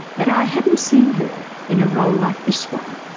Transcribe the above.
but i hadn't seen her in a role like this one.